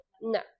No